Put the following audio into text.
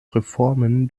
reformen